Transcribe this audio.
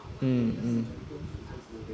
mm mm